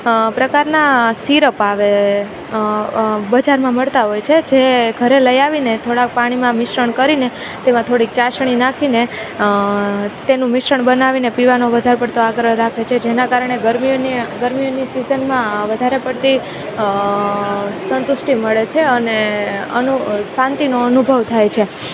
પ્રકારના સિરપ આવે બજારમાં મળતા હોય છે જે ઘરે લઈ આવીને થોડા પાણીમાં મિશ્રણ કરીને તેમાં થોડીક ચાસણી નાખીને તેનું મિશ્રણ બનાવીને પીવાનો વધારે પડતો આગ્રહ રાખે છે જેના કારણે ગરમીને ગરમીની સીજનમાં વધારે પડતી સંતુષ્ટિ મળે છે અને અનુ શાંતિનો અનુભવ થાય છે